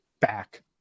back